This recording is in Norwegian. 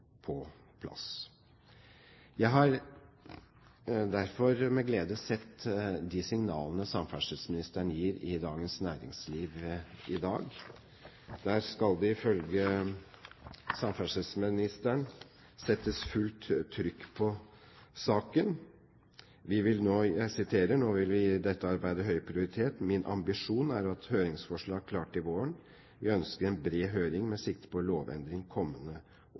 på plass. Jeg har derfor med glede sett de signalene samferdselsministeren gir i Dagens Næringsliv i dag. Der skal det ifølge samferdselsministeren settes fullt trykk på saken: «Nå vil vi gi dette arbeidet høy prioritet. Min ambisjon er å ha et høringsforslag klart til våren. Vi ønsker en bred høring med sikte på lovendring kommende